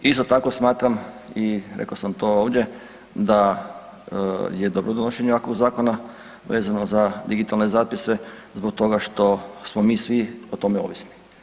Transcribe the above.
Isto tako smatram i rekao sam to ovdje da je dobro donošenje ovakvog zakona vezano za digitalne zapise zbog toga što smo mi svi o tome ovisni.